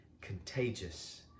contagious